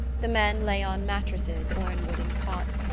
the men lay on mattresses or in wooden cots,